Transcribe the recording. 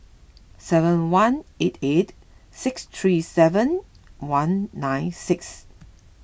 seven one eight eight six three seven one nine six